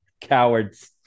Cowards